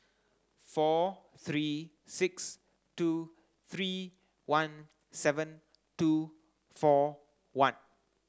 four three six two three one seven two four one